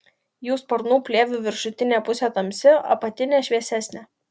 jų sparnų plėvių viršutinė pusė tamsi apatinė šviesesnė